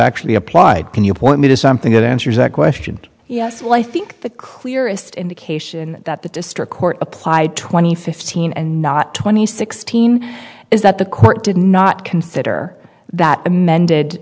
actually applied can you point me to something that answers that question yes well i think the clearest indication that the district court applied twenty fifteen and not twenty sixteen is that the court did not consider that amended